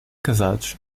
casados